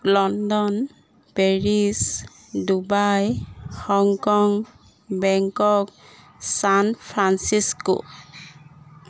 London Paris Dubai Hong Kong Bangkok San Francisco